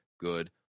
good